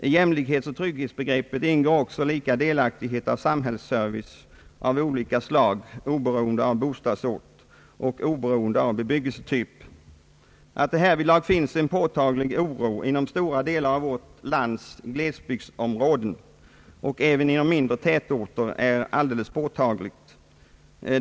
I jämlikhetsoch trygghetsbegreppet ingår också lika delaktighet av samhällsservice av olika slag, oberoende av bostadsort och oberoende av bebyggelsetyp. Att det härvidlag finns en påtaglig oro inom stora delar av vårt lands glesbygdsområden och även inom mindre tätorter, är all deles uppenbart.